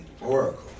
oracle